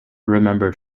remembered